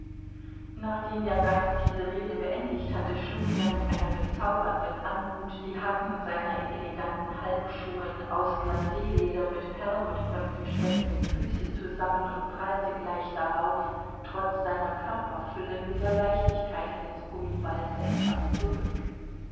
nachdem der gast diese rede beendigt hatte schlug er mit einer bezaubernden anmut die hacken seiner in eleganten halbschuhen aus glacleder mit perlmutterknöpfen steckenden füße zusammen und prallte gleich darauf trotz seiner körperfülle mit der leichtigkeit eines gummiballs etwas zurück